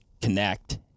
connect